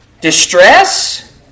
Distress